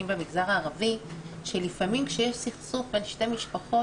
במגזר הערבי שלפעמים כשיש סכסוך בין שתי משפחות,